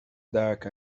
dark